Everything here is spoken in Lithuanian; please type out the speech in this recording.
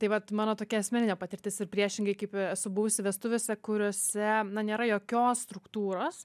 tai vat mano tokia asmeninė patirtis ir priešingai kaip esu buvusi vestuvėse kuriose nėra jokios struktūros